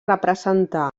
representar